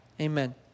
Amen